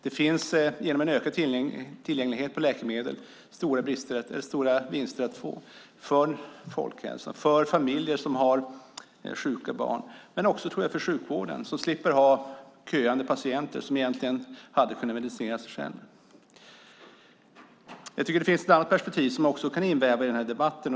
Det finns genom en ökad tillgänglighet till läkemedel stora vinster att få för folkhälsan, för familjer som har sjuka barn men också, tror jag, för sjukvården som slipper ha köande patienter som egentligen hade kunnat medicinera sig själva. Det finns ett annat perspektiv som man kan inväva i den här debatten.